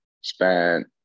spent